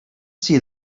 see